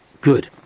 Good